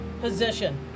Position